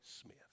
Smith